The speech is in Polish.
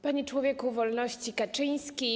Panie Człowieku Wolności Kaczyński!